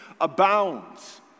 abounds